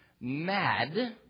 mad